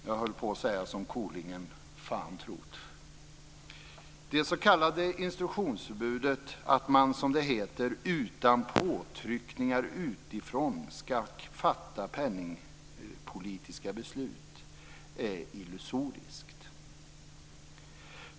Jag höll på att säga som Rellingen: Det s.k. instruktionsförbudet, att man som det heter utan påtryckningar utifrån skall fatta penningpolitiska beslut, är illusoriskt.